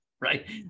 right